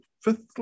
fifth